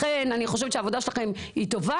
לכן אני חושבת שהעבודה שלכם היא טובה